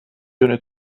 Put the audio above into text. دونه